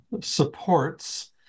supports